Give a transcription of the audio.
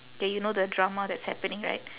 K you know the drama that's happening right